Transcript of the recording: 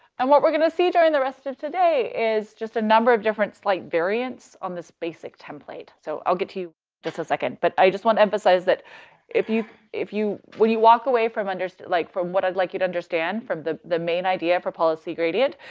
and what we're going to see during the rest of today is just a number of different slight variants on this basic template. so i'll get to you in just a second, but i just want to emphasize that if you if you when you walk away from unders like from what i'd like you to understand, from the the main idea for policy gradient,